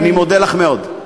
אני מודה לך מאוד.